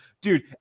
Dude